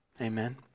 amen